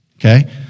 okay